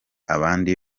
abandi